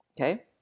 okay